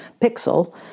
Pixel